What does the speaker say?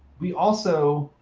we also